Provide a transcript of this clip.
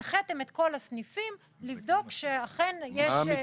הנחיתם את כל הסניפים לבדוק שאכן יש מדבקות על הדלתות.